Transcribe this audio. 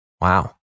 Wow